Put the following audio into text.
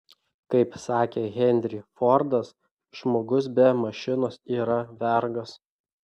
kaip sakė henry fordas žmogus be mašinos yra vergas